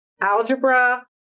algebra